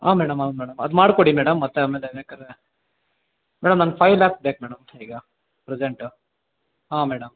ಹಾಂ ಮೇಡಮ್ ಹೌದ್ ಮೇಡಮ್ ಅದು ಮಾಡಿಕೊಡಿ ಮೇಡಮ್ ಮತ್ತೆ ಆಮೇಲೆ ಬೇಕಾರೆ ಮೇಡಮ್ ನನ್ನ ಫೈ ಲ್ಯಾಕ್ ಬೇಕು ಮೇಡಮ್ ಈಗ ಪ್ರೆಸೆಂಟು ಹಾಂ ಮೇಡಮ್